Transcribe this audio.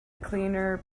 cleaner